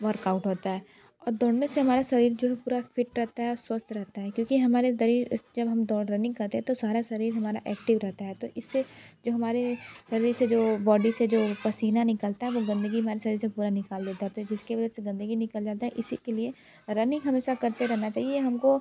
workout होता है और दौड़ने से हमारा शरीर जो है पूरा फ़िट रहता है और स्वस्थ रहता है क्योंकि हमारे दरी जब हम दौड़ रनिंग करते है तो सारा शरीर हमारा एक्टिव रहता है तो इससे जो हमारे शरीर से जो बॉडी से जो पसीना निकलता है वो गंदगी हमारे शरीर से पूरा निकाल देता है तो जिसकी वजह से गंदगी निकल जाती है इसी के लिए रनिंग हमेशा करते रहना चाहिए हमको